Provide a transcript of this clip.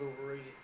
overrated